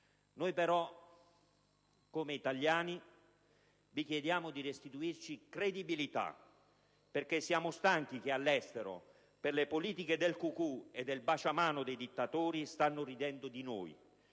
di farlo. Come italiani, vi chiediamo, però, di restituirci credibilità, perché siamo stanchi del fatto, che all'estero, per le politiche del cucù e del baciamano dei dittatori, stanno ridendo di noi.